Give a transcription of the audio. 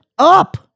up